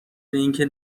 اینکه